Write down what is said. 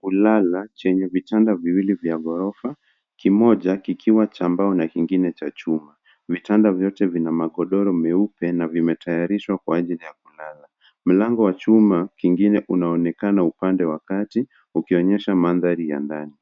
Kulala chenye vitanda viwili vya ghorofa. Kimoja kikiwa cha mbao na kingine cha chuma. Vitanda vyote vina magodoro meupe na vimetayarishwa kwa ajili ya kulala. Mlango wa chuma kingine unaonekana upande wa kati ukionyesha mandhari ya ndani